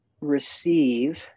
receive